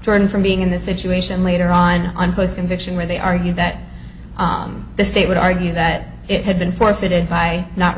jordan from being in this situation later on on post convention where they argue that the state would argue that it had been forfeited by not